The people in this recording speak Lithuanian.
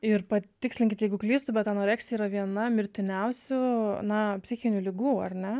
ir patikslinkit jeigu klystu bet anoreksija yra viena mirtiniausių na psichinių ligų ar ne